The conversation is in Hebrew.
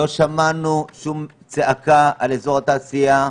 לא שמענו שום צעקה על אזור התעשייה,